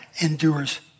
endures